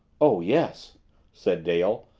oh, yes said dale,